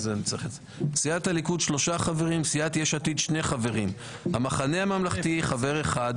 סיעת יש עתיד שני חברים; המחנה הממלכתי חבר אחד,